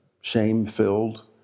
shame-filled